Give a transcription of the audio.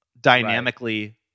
dynamically